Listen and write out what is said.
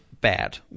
bad